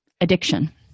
addiction